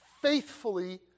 faithfully